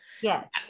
yes